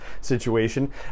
situation